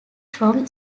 from